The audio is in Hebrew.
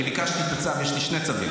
אני ביקשתי את הצו, יש לי שני צווים.